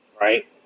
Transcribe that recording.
right